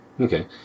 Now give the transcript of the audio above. Okay